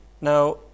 Now